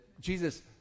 Jesus